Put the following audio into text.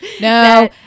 No